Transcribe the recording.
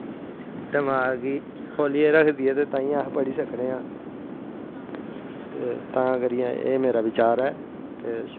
दमाक गी खोह्लियै ऱखदी ऐ ते तांईयै अस पढ़ी सकनें आं ते तां करियै एह् मेरा बिचार ऐ ते